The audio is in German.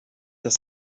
das